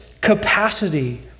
capacity